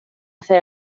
hacer